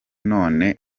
none